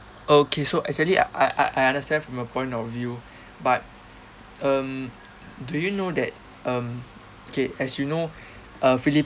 okay so actually I I I understand from your point of view but um do you know that um okay as you know uh philippine